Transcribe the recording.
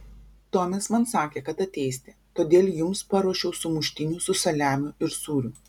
tomis man sakė kad ateisite todėl jums paruošiau sumuštinių su saliamiu ir sūriu